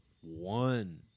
one